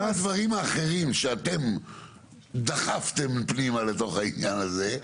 האם הדברים האחרים שאתם דחפתם פנימה לתוך העניין הזה,